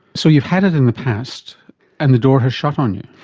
so you've had it in the past and the door has shut on you.